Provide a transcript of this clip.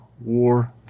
War